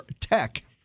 tech